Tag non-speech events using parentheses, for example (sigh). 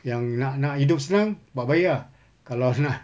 yang nak nak hidup senang buat baik ah kalau (laughs) nak